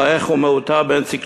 אלא איך הוא מאותר באנציקלופדיה,